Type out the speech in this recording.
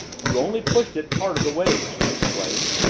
you only pushed it part of the way, she explained.